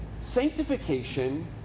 sanctification